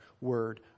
Word